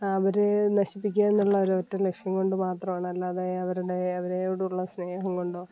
അവരെ നശിപ്പിക്കാന്നുള്ള ഒരൊറ്റ ലക്ഷ്യം കൊണ്ട് മാത്രമാണ് അല്ലാതെ അവരുടെ അവരോടുള്ള സ്നേഹം കൊണ്ടോ